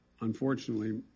unfortunately